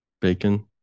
Bacon